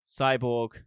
Cyborg